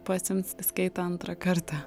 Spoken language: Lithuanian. pasiimt skeitą antrą kartą